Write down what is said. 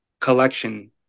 collection